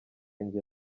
njye